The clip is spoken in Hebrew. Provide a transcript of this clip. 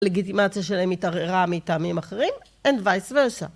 לגיטימציה שלהם התעררה מטעמים אחרים and vice versa.